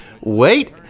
wait